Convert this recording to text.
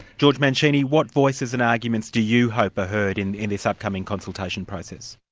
george mancini, what voices and arguments do you hope are heard in in this upcoming consultation process?